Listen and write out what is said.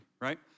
right